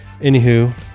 Anywho